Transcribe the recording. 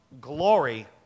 glory